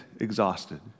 exhausted